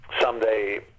someday